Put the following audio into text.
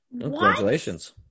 Congratulations